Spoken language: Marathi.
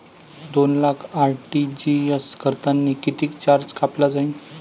दोन लाख आर.टी.जी.एस करतांनी कितीक चार्ज कापला जाईन?